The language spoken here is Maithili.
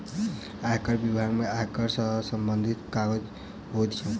आयकर बिभाग में आयकर सॅ सम्बंधित काज होइत छै